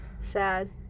Sad